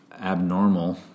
abnormal